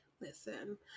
Listen